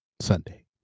Sunday